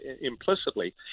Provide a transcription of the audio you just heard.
implicitly